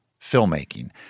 filmmaking